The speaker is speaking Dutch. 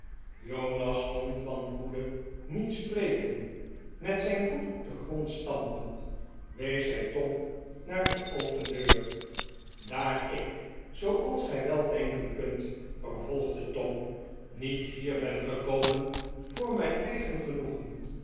jonas kon van woede niet spreken met zijn voet op den grond stampend wees hij tom naar de open deur daar ik zooals gij wel denken kunt vervolgde tom niet hier ben gekomen voor mijn eigen genoegen